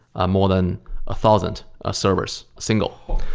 ah more than a thousand ah servers, single.